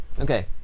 Okay